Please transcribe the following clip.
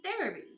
therapy